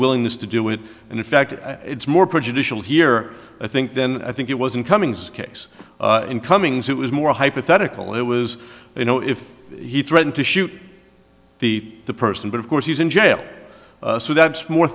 willingness to do it and in fact it's more prejudicial here i think then i think wasn't cummings case in cummings it was more hypothetical it was you know if he threatened to shoot the person but of course he's in jail so that's more